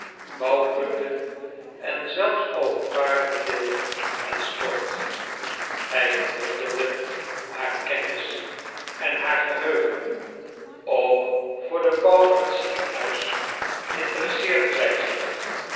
bouwkunde en zelfs over paardenteelt en sport hij bewonderde haar kennis en haar geheugen ook voor den bouw van het ziekenhuis interesseerde zij zich